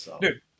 Dude